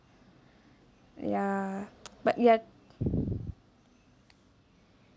ya but ya